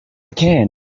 can